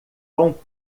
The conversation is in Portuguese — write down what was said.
com